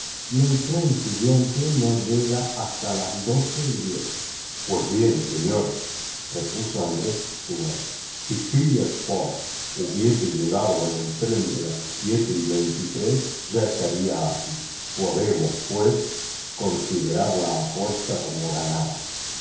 y el tren siguiente no llega hasta las doce y diez pues bien señores repuso andrés stuart si phileas fogg hubiese llegado en el tren de las siete y veintitrés ya estaría aquí podemos pues considerar la apuesta como ganada